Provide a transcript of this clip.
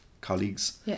colleagues